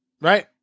right